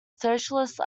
socialist